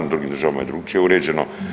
U drugim državama je drukčije uređeno.